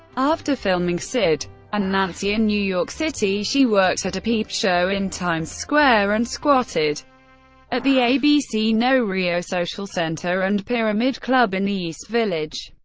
after filming sid and nancy in new york city, she worked at a peep show in times square and squatted at the abc no rio social center and pyramid club in the east village.